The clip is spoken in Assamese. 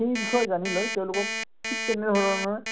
সেই বিষয়ে জানি লৈ তেওঁলোকক ঠিক তেনেধৰণৰে